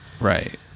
Right